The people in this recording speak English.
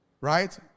right